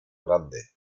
grande